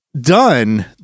done